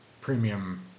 premium